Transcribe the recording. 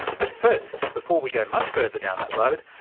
but first, before we go much further down that road,